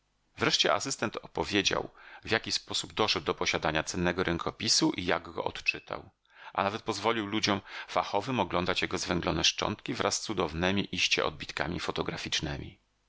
wreszcie asystent opowiedział w jaki sposób doszedł do posiadania cennego rękopisu i jak go odczytał a nawet pozwolił ludziom fachowym oglądać jego zwęglone szczątki wraz z cudownemi iście odbitkami fotograficznemi